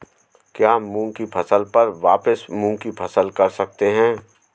क्या मूंग की फसल पर वापिस मूंग की फसल कर सकते हैं?